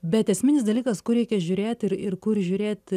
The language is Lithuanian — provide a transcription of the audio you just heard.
bet esminis dalykas kur reikia žiūrėti ir ir kur žiūrėt